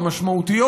המשמעותיות,